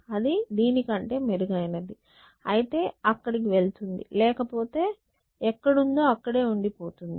అది దీని కంటే మెరుగైనది అయితే అక్కడికి వెళుతుంది లేకపోతే ఎక్కడుందో అక్కడే ఉండి పోతుంది